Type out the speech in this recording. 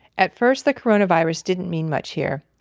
at first the coronavirus didn't mean much here.